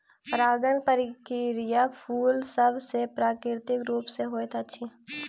परागण प्रक्रिया फूल सभ मे प्राकृतिक रूप सॅ होइत अछि